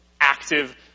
active